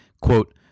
quote